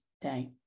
day